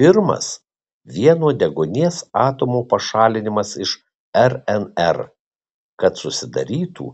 pirmas vieno deguonies atomo pašalinimas iš rnr kad susidarytų